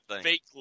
fake –